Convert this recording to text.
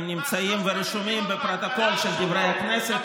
הם נמצאים ורשומים בפרוטוקול של דברי הכנסת.